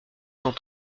cent